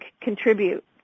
contribute